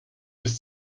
bis